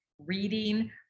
reading